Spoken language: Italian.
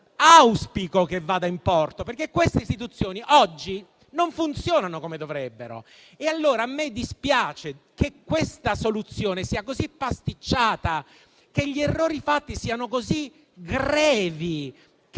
auspico che vada in porto, perché queste istituzioni oggi non funzionano come dovrebbero. A me dispiace che questa soluzione sia così pasticciata, che gli errori fatti siano così grevi e